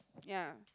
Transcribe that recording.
ya